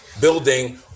building